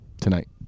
tonight